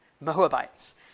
Moabites